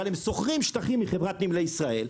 אבל הם שוכרים שטחים מחברת נמלי ישראל.